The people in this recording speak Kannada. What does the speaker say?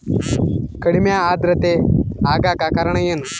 ಕಡಿಮೆ ಆಂದ್ರತೆ ಆಗಕ ಕಾರಣ ಏನು?